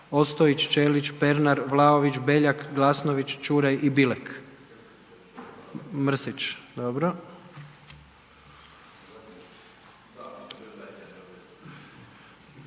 Ostojić, Ćelić, Pernar, Vlaović, Beljak, Glasnović, Čuraj i Bilek. Mrsić, dobro.